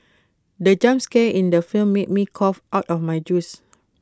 the jump scare in the film made me cough out my juice